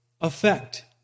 effect